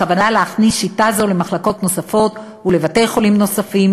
הכוונה להכניס שיטה זו למחלקות נוספות ולבתי-חולים נוספים